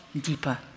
deeper